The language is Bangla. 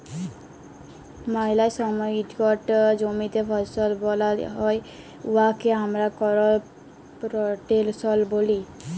ম্যালা সময় ইকট জমিতে ফসল ফলাল হ্যয় উয়াকে আমরা করপ রটেশল ব্যলি